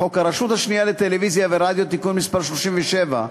בחוק הרשות השנייה לטלוויזיה ורדיו (תיקון מס' 37),